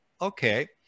okay